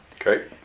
Okay